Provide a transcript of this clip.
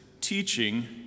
teaching